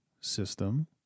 system